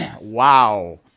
Wow